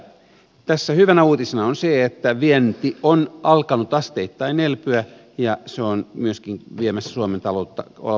tässä hyvänä uutisena on se että vienti on alkanut asteittain elpyä ja se on viemässä suomen taloutta omalta osaltaan kasvuun